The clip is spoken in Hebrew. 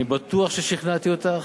אני בטוח ששכנעתי אותך,